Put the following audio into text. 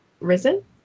Risen